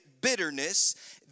bitterness